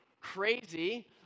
crazy